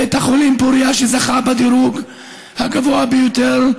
בית החולים פוריה, שזכה בדירוג הגבוה ביותר,